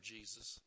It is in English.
Jesus